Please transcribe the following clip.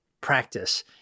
practice